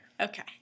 Okay